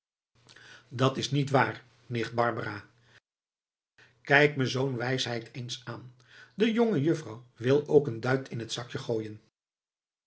dat's niet waar nicht barbara kijk me zoo'n wijsheid eens aan de jongejuffrouw wil ook een duit in t zakje gooien